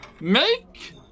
Make